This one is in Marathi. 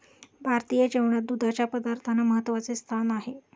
भारतीय जेवणात दुधाच्या पदार्थांना महत्त्वाचे स्थान आहे